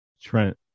Trent